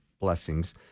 blessings